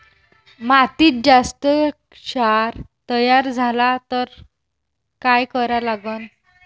मातीत जास्त क्षार तयार झाला तर काय करा लागन?